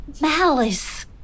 malice